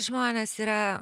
žmonės yra